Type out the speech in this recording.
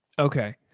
Okay